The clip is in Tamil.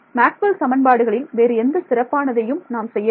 மேக்ஸ்வெல் சமன்பாடுகளில் வேறு எந்த சிறப்பானதையும் நாம் செய்யவில்லை